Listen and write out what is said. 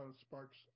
sparks